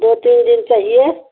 दो तीन दिन चाहिए